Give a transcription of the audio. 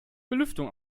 belüftung